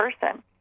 person